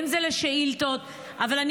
אם זה לשאילתות,